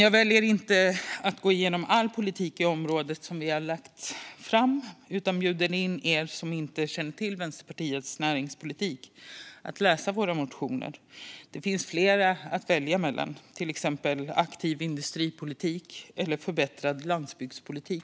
Jag väljer att inte gå igenom all politik som vi har lagt fram på området utan bjuder in er som inte känner till Vänsterpartiets näringspolitik att läsa våra motioner. Det finns flera att välja mellan, till exempel En aktiv industripolitik eller En förbättrad landsbygdspolitik .